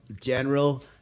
general